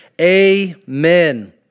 amen